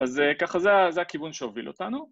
‫אז ככה זה הכיוון שהוביל אותנו.